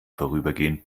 vorübergehend